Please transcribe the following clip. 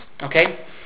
Okay